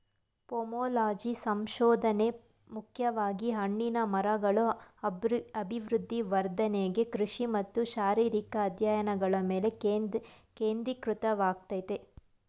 pomology ಸಂಶೋಧನೆ ಮುಖ್ಯವಾಗಿ ಹಣ್ಣಿನ ಮರಗಳ ಅಭಿವೃದ್ಧಿ ವರ್ಧನೆ ಕೃಷಿ ಮತ್ತು ಶಾರೀರಿಕ ಅಧ್ಯಯನಗಳ ಮೇಲೆ ಕೇಂದ್ರೀಕೃತವಾಗಯ್ತೆ